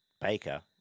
Baker